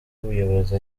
ubuyobozi